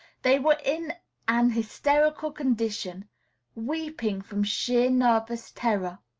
they were in an hysterical condition weeping from sheer nervous terror.